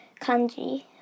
kanji